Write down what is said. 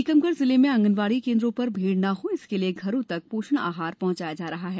टीकमगढ़ जिले में आगनबाड़ी केन्द्रों पर भीड़ न हो इसके लिए घरों तक पोषण आहार पहुंचाया जा रहा है